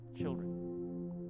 children